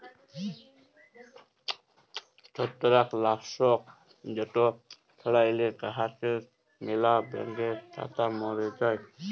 ছত্রাক লাসক যেট ছড়াইলে গাহাচে ম্যালা ব্যাঙের ছাতা ম্যরে যায়